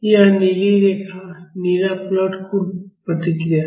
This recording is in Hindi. यह नीली रेखा नीला प्लॉट कुल प्रतिक्रिया है